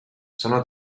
sono